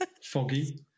foggy